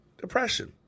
depression